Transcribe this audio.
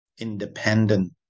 independent